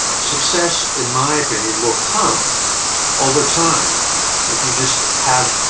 success in my opinion, will come over time if you just have,